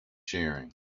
sharing